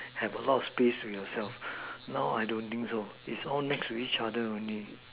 have a lot of space for yourself now I don't think so it's all next to each other only